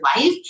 life